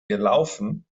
gelaufen